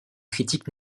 critiques